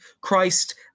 Christ